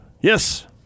Yes